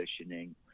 positioning